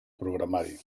programari